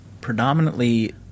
predominantly